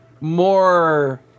more